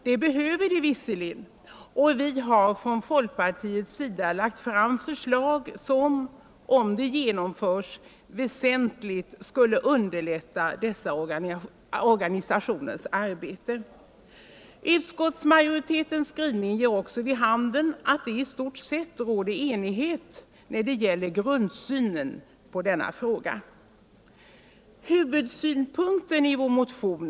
Det behöver de visserligen, och vi har från folkpartiets sida lagt fram förslag som, om de genomförs, väsentligt skulle underlätta dessa organisationers arbete. Utskottets skrivning ger också vid handen att det i stort sett råder enighet när det gäller grundsynen på denna fråga. Men detta är inte huvudsynpunkten i vår motion.